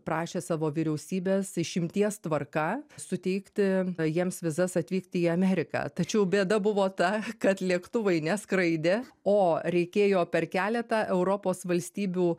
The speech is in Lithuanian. prašė savo vyriausybės išimties tvarka suteikti jiems vizas atvykti į ameriką tačiau bėda buvo ta kad lėktuvai neskraidė o reikėjo per keletą europos valstybių